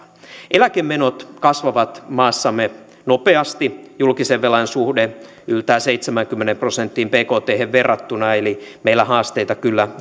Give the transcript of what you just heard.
eläkemenot kasvavat maassamme nopeasti julkisen velan suhde yltää seitsemäänkymmeneen prosenttiin bkthen verrattuna eli meillä haasteita kyllä